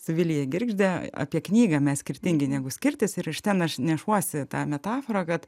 su vilija girgžde apie knygą mes skirtingi negu skirtis ir aš ten aš nešuosi tą metaforą kad